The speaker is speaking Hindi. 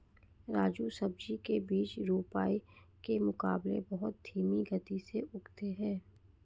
राजू सब्जी के बीज रोपाई के मुकाबले बहुत धीमी गति से उगते हैं